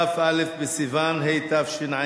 כ"א בסיוון התשע"ב